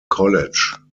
college